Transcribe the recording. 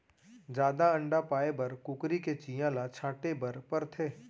जादा अंडा पाए बर कुकरी के चियां ल छांटे बर परथे